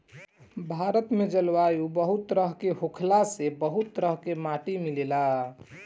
भारत में जलवायु बहुत तरेह के होखला से बहुत तरीका के माटी मिलेला